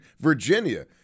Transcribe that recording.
Virginia